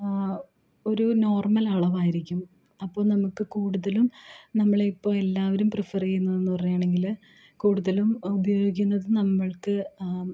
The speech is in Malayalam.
ഒരു നോർമൽ അളവായിരിക്കും അപ്പോൾ നമുക്ക് കൂടുതലും നമ്മളിപ്പം എല്ലാവരും പ്രിഫർ ചെയ്യുന്നതെന്ന് പറയുകയാണെങ്കിൽ കൂടുതലും ഉപയോഗിക്കുന്നത് നമ്മൾക്ക്